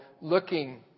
looking